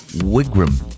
Wigram